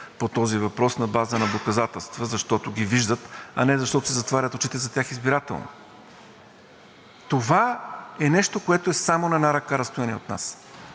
по този въпрос на база на доказателства, защото ги виждат, а не защото си затварят очите за тях избирателно. Това е нещо, което е само на една ръка разстояние от нас.